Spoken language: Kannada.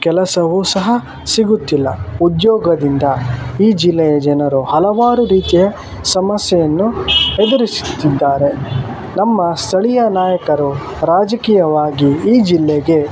ಕೆಲಸವು ಸಹ ಸಿಗುತ್ತಿಲ್ಲ ಉದ್ಯೋಗದಿಂದ ಈ ಜಿಲ್ಲೆಯ ಜನರು ಹಲವಾರು ರೀತಿಯ ಸಮಸ್ಯೆಯನ್ನು ಎದುರಿಸುತ್ತಿದ್ದಾರೆ ನಮ್ಮ ಸ್ಥಳೀಯ ನಾಯಕರು ರಾಜಕೀಯವಾಗಿ ಈ ಜಿಲ್ಲೆಗೆ